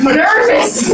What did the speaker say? nervous